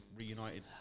reunited